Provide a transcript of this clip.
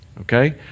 Okay